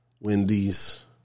Wendy's